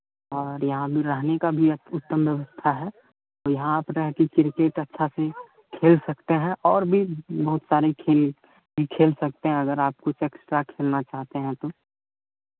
और यहाँ भी रहने का भी उत्तम व्यवस्था है तो यहाँ आप रह कर क्रिकेट अच्छा से खेल सकते हैं और भी बहुत सारे खेल भी खेल सकते हैं अगर आप कुछ एक्स्ट्रा खेलना चाहते हैं तो